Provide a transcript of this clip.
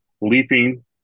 leaping